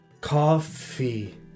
Coffee